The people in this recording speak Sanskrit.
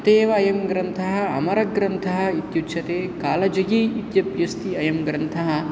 अतैव अयं ग्रन्थः अमरग्रन्थः इत्युच्यते कालजगी इत्यपि अस्ति अयं ग्रन्थः